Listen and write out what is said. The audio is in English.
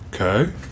Okay